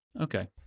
Okay